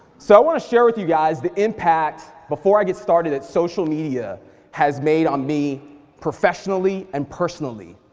so i wanna share with you guys the impact, before i get started, that social media has made on me professionally and personally.